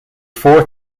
four